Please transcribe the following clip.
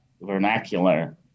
vernacular